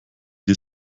die